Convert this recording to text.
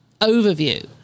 overview